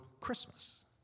Christmas